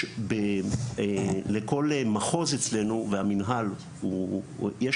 יש לכל מחוז אצלנו והמנהל, יש